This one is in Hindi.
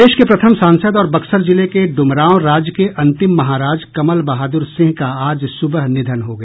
देश के प्रथम सांसद और बक्सर जिले के डुमरांव राज के अंतिम महाराज कमल बहादुर सिंह का आज सुबह निधन हो गया